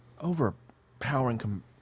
overpowering